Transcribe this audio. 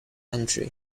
entry